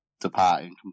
departing